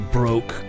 broke